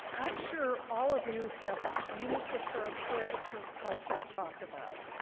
i'm sure all of you have used the term, heard the term culture talked about.